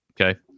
Okay